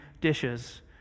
dishes